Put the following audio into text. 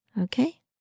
Okay